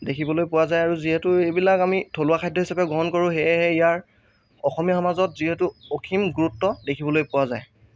দেখিবলৈ পোৱা যায় আৰু যিহেতু এইবিলাক আমি থলুৱা খাদ্য হিচাপে গ্ৰহণ কৰোঁ সেয়েহে ইয়াৰ অসমীয়া সমাজত যিহেতু অসীম গুৰুত্ব দেখিবলৈ পোৱা যায়